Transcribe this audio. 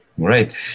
great